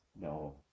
No